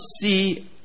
see